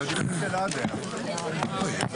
הישיבה ננעלה בשעה 16:20.